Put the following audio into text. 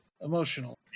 emotional